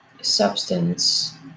substance